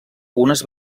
unes